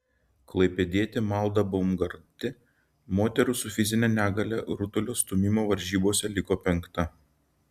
klaipėdietė malda baumgartė moterų su fizine negalia rutulio stūmimo varžybose liko penkta